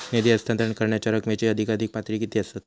निधी हस्तांतरण करण्यांच्या रकमेची अधिकाधिक पातळी किती असात?